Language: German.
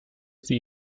sie